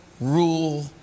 rule